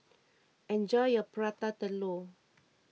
enjoy your Prata Telur